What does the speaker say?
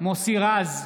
מוסי רז,